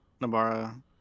Nabara